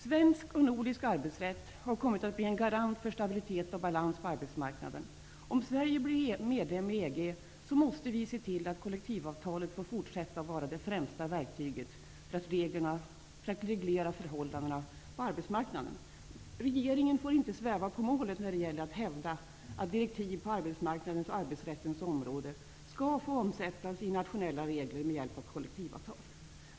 Svensk och nordisk arbetsrätt har kommit att bli en garant för stabilitet och balans på arbetsmarknaden. Om Sverige blir medlem i EG måste vi se till att kollektivavtalet får fortsätta att vara det främsta verktyget för att reglera förhållandena på arbetsmarknaden. Regeringen får inte sväva på målet när det gäller att hävda att direktiv på arbetsmarknadens och arbetsrättens område skall få omsättas i nationella regler med hjälp av kollektivavtal.